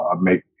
make